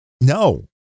No